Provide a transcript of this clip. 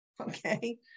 okay